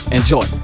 Enjoy